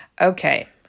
Okay